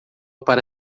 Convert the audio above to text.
para